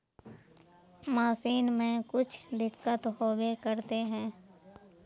Machine में कुछ दिक्कत होबे करते है?